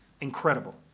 Incredible